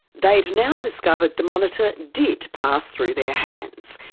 they'd now discovered the monitor did pass through their hands.